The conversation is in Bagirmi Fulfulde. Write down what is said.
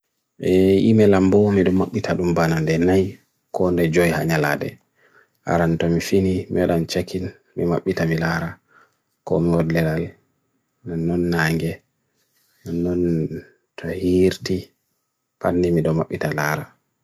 Bees heɓi fiinooko. ɓe hokkita fiinooko waawna.